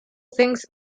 things